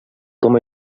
com